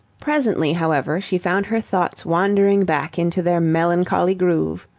presently, however, she found her thoughts wandering back into their melancholy groove.